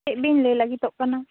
ᱪᱮᱫ ᱵᱤᱱ ᱞᱟᱹᱭ ᱞᱟᱹᱜᱤᱛᱚᱜ ᱠᱟᱱᱟ